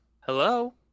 Hello